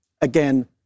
again